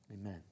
Amen